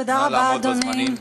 תודה רבה, אדוני.